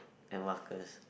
and Marcus